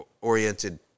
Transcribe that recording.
oriented